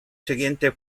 siguiente